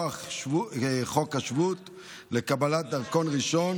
חוק השבות לקבלת דרכון ראשון